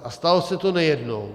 A stalo se to nejednou.